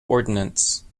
ordnance